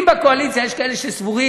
אם בקואליציה יש כאלה שסבורים,